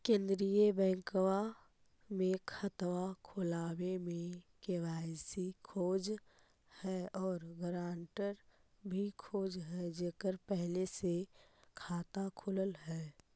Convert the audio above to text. केंद्रीय बैंकवा मे खतवा खोलावे मे के.वाई.सी खोज है और ग्रांटर भी खोज है जेकर पहले से खाता खुलल है?